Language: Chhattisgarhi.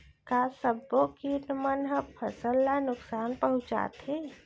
का सब्बो किट मन ह फसल ला नुकसान पहुंचाथे?